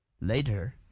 Later